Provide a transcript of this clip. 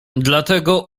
dlatego